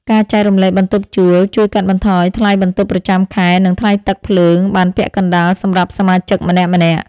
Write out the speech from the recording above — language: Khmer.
ការចែករំលែកបន្ទប់ជួលជួយកាត់បន្ថយថ្លៃបន្ទប់ប្រចាំខែ និងថ្លៃទឹកភ្លើងបានពាក់កណ្តាលសម្រាប់សមាជិកម្នាក់ៗ។